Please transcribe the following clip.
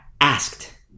asked